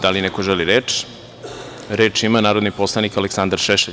Da li neko želi reč? (Da.) Reč ima narodni poslanik Aleksandar Šešelj.